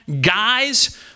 Guys